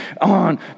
on